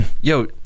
yo